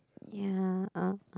ya uh